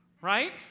right